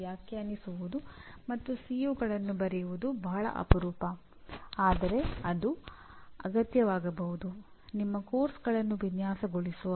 ಪ್ರಧಾನವಾಗಿ 80ಕ್ಕಿಂತ ಹೆಚ್ಚು ಜನರು ಪದವಿ ಮುಗಿದ ಕೂಡಲೇ ಉದ್ಯೋಗವನ್ನು ಬಯಸುತ್ತಾರೆ